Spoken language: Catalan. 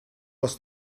dels